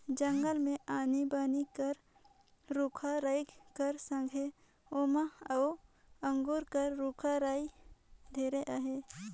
जंगल मे आनी बानी कर रूख राई कर संघे मउहा अउ अंगुर कर रूख राई ढेरे अहे